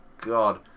god